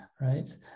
right